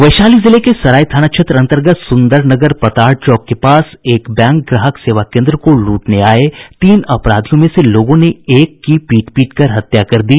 वैशाली जिले के सराय थाना क्षेत्र अंतर्गत सुंदरनगर पताढ़ चौक के पास एक बैंक ग्राहक सेवा केंद्र को लूटने आये तीन अपराधियों में से लोगों ने एक की पीट पीट कर हत्या कर दी